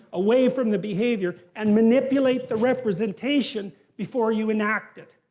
away from the behavior and manipulate the representation before you enact it.